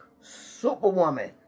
Superwoman